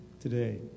today